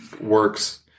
works